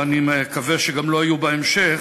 ואני מקווה שגם לא יהיו בהמשך,